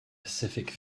pacific